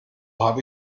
habe